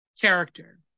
Character